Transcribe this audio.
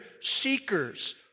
seekers